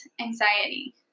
anxiety